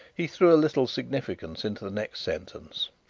he threw a little significance into the next sentence.